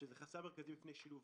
שזה חסם מרכזי בפני שילוב,